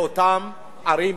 לאותן ערים,